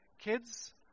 kids